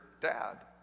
dad